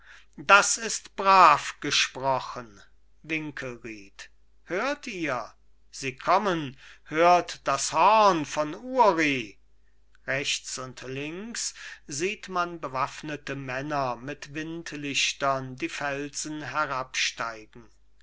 das ist brav gesprochen winkelried hört ihr sie kommen hört das horn von uri rechts und links sieht man bewaffnete männer mit windlichtern die felsen